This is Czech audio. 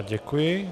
Děkuji.